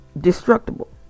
Destructible